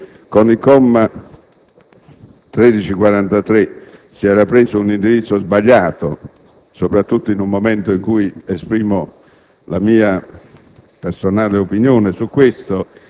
perché era stato fatto un errore, perché con il comma 1343 era stato preso un indirizzo sbagliato, soprattutto in un momento in cui - esprimo